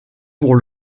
pour